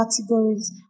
categories